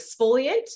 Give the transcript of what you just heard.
exfoliant